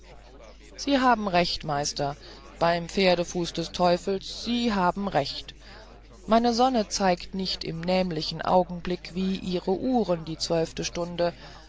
sie haben recht meister beim pferdefuß des teufels sie haben recht meine sonne zeigt nicht im nämlichen augenblick wie ihre uhren die zwölfte stunde